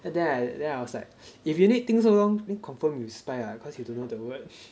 and then then I was like if you need think so long then confirm you spy [what] cause you don't know the word